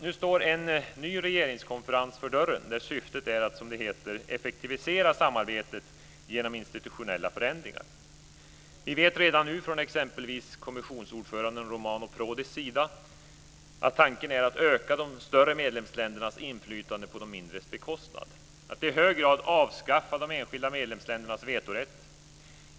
Nu står en ny regeringskonferens för dörren, där syftet är att, som det heter, effektivisera samarbetet genom institutionella förändringar. Vi vet redan nu från exempelvis kommissionsordföranden Romano Prodis sida att tanken är att öka de större medlemsländernas inflytande på de mindres bekostnad, att i hög grad avskaffa de enskilda medlemsländernas vetorätt.